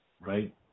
Right